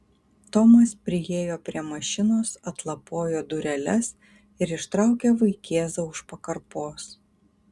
tomas priėjo prie mašinos atlapojo dureles ir ištraukė vaikėzą už pakarpos